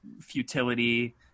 futility